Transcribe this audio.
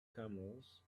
camels